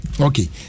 Okay